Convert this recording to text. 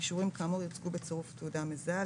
אישורים כאמור יוצגו בצירוף תעודה מזהה,